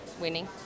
winning